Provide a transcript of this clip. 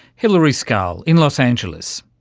hilari scarl in los angeles.